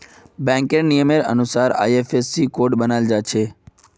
बैंकेर नियमेर अनुसार आई.एफ.एस.सी कोड बनाल जाछे